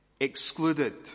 excluded